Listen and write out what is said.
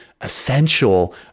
essential